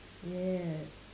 yes